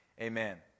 Amen